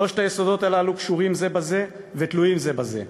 שלושת היסודות הללו קשורים זה בזה ותלויים זה בזה,